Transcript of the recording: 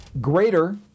greater